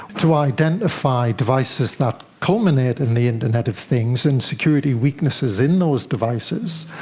to identify devices that culminate in the internet of things and security weaknesses in those devices,